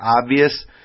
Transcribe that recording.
obvious